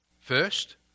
First